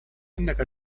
إنك